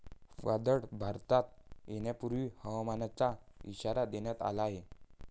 वादळ भारतात येण्यापूर्वी हवामानाचा इशारा देण्यात आला आहे